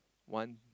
one